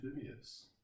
amphibious